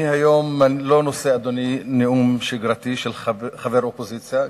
אני היום לא נושא נאום שגרתי של חבר אופוזיציה,